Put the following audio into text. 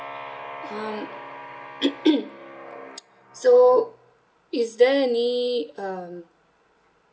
um so is there any um